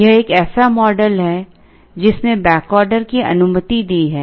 यह एक ऐसा मॉडल है जिसने बैकऑर्डर की अनुमति दी है